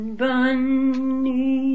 bunny